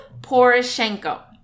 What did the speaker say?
Poroshenko